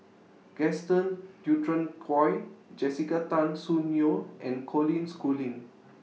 Gaston Dutronquoy Jessica Tan Soon Neo and Colin Schooling